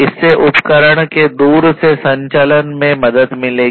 इससे उपकरणों के दूर से संचालन में मदद मिलेगी